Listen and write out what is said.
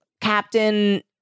captain